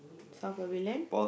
South Pavilion